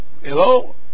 Hello